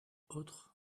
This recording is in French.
autres